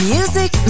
Music